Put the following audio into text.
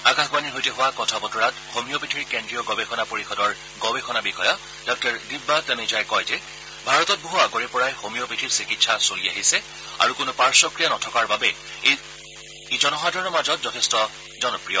আকাশবাণীৰ সৈতে হোৱা কথাবতৰাত হোমিঅ'পেথিৰ কেন্দ্ৰীয় গৱেষণা পৰিষদৰ গৱেষণা বিষয়া ডাঃ দিব্যা তানেজাই কয় যে ভাৰতত বহু আগৰে পৰাই হোমিঅপেথিৰ চিকিৎসা চলি আহিছে আৰু কোনো পাৰ্শক্ৰিয়া নথকাৰ বাবে এই জনসাধাৰণৰ মাজত যথেষ্ট জনপ্ৰিয়